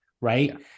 right